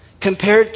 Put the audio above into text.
Compared